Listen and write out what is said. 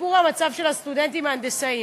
לשיפור המצב של הסטודנטים ההנדסאים.